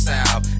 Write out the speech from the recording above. South